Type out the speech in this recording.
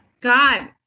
God